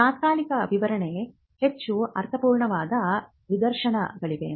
ತಾತ್ಕಾಲಿಕ ವಿವರಣೆ ಹೆಚ್ಚು ಅರ್ಥಪೂರ್ಣವಾದ ನಿದರ್ಶನಗಳಿವೆ